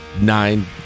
nine